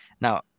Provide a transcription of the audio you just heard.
Now